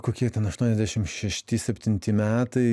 kokie ten aštuoniasdešim šešti septinti metai